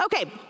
Okay